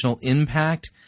impact